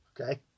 Okay